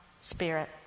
spirit